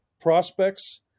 prospects